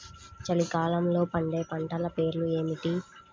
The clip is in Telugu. చలికాలంలో పండే పంటల పేర్లు ఏమిటీ?